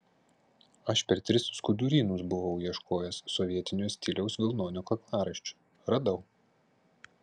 aš per tris skudurynus buvau ieškojęs sovietinio stiliaus vilnonio kaklaraiščio radau